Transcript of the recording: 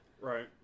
right